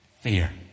fear